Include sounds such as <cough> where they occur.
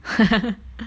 <laughs>